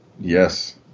Yes